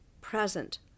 present